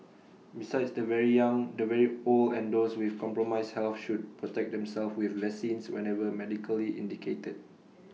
besides the very young the very old and those with compromised health should protect themselves with vaccines whenever medically indicated